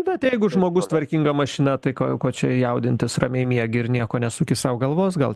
bet jeigu žmogus tvarkinga mašina tai ko ko čia jaudintis ramiai miegi ir nieko nesuki sau galvos gal